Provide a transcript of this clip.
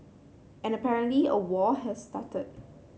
and apparently a war has started